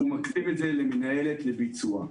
אנחנו נותנים את זה למנהלת לביצוע.